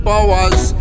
Powers